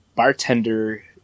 bartender